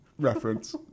reference